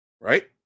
Right